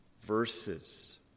verses